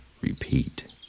repeat